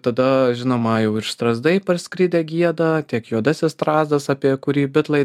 tada žinoma jau ir strazdai parskridę gieda tiek juodasis strazdas apie kurį bitlai